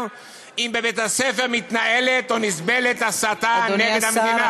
אם בבית-הספר מתנהלת או נסבלת הסתה נגד המדינה.